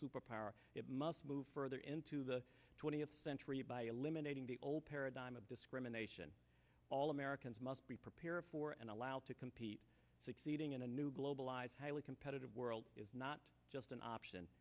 superpower it must move further into the twentieth century by eliminating the old paradigm of discrimination all americans must be prepared for and allowed to compete succeeding in a new globalized highly competitive world is not just an option